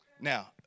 Now